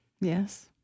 Yes